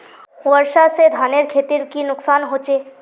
वर्षा से धानेर खेतीर की नुकसान होचे?